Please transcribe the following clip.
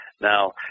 Now